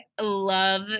love